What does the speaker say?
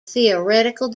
theoretical